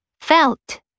felt